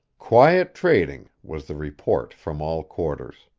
quiet trading, was the report from all quarters.